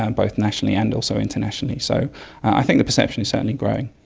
um both nationally and also internationally. so i think the perception is certainly growing.